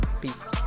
Peace